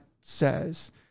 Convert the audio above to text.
says